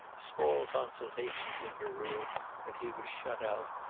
small consultations in her room when he was shut out,